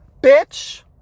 bitch